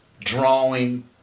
drawing